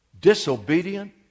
Disobedient